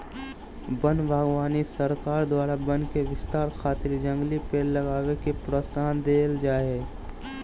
वन बागवानी सरकार द्वारा वन के विस्तार खातिर जंगली पेड़ लगावे के प्रोत्साहन देल जा हई